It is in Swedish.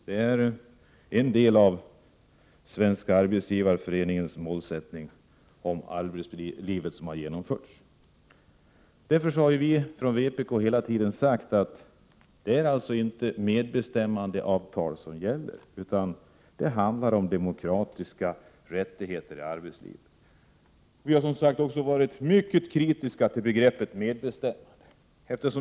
Det är en del av Svenska arbetsgivareföreningens mål angående arbetslivet som har genomdrivits. Därför har vi från vpk hela tiden sagt att diskussionen inte gäller medbestämmandeavtal utan handlar om demokratiska rättigheter i arbetslivet. Vi har varit mycket kritiska till begreppet medbestämmande.